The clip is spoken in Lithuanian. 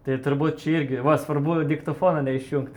tai turbūt čia irgi va svarbu diktofoną neišjungt